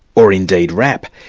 or indeed, rap.